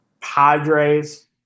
Padres